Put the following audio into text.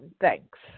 Thanks